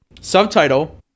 Subtitle